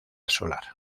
solar